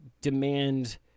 demand